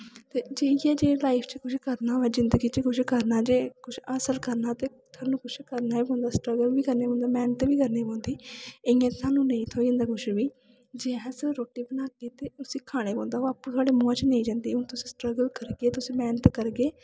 ते इ'यै जे लाइफ च कुछ करना होऐ जिन्दगी च कुछ करना ते कुछ हासल करना ते थोहानू कुछ करना बी स्टर्गल बी करनी पौंदा मैह्नत बी करनी पौंदी इ'यां ते नेईं थ्होई जंदा कुछ बी जे अस रोटी बनागे ते उस्सी खाने पौंदा ओह् आपूं थोआढ़े मुहां च नेईं जंदी हून तुस स्टर्गल करगे मैह्नत करगे